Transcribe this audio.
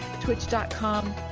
twitch.com